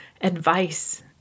advice